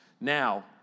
Now